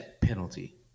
penalty